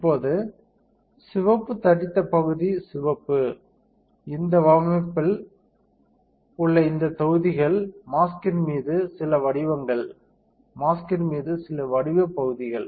இப்போது சிவப்பு தடித்த பகுதி சிவப்பு இந்த வடிவமைப்பில் உள்ள இந்த தொகுதிகள் மாஸ்க்கின் மீது சில வடிவங்கள் மாஸ்க் மீது சில வடிவப் பகுதிகள்